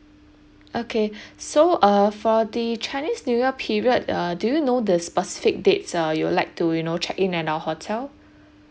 okay so uh for the chinese new year period uh do you know the specific dates uh you'll like to you know check in at our hotel